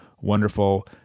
wonderful